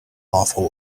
awful